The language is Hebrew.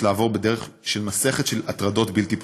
לעבור בדרך מסכת של הטרדות בלתי פוסקות.